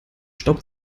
staub